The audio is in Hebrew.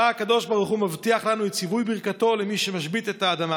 שבה הקדוש ברוך הוא מבטיח לנו את ציווי ברכתו למי שמשבית את האדמה.